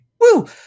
woo